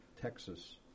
Texas